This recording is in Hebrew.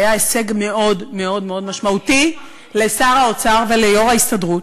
היה הישג מאוד מאוד מאוד משמעותי לשר האוצר וליושב-ראש ההסתדרות.